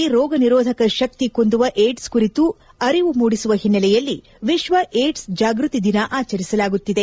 ಜನರಲ್ಲಿ ರೋಗ ನಿರೋಧಕ ಶಕ್ತಿ ಕುಂದುವ ಏಡ್ಪ್ ಕುರಿತು ಅರಿವು ಮೂಡಿಸುವ ಹಿನ್ನೆಲೆಯಲ್ಲಿ ವಿಶ್ವ ಏಡ್ಪ್ ಜಾಗ್ಗತಿ ದಿನ ಆಚರಿಸಲಾಗುತ್ತಿದೆ